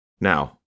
Now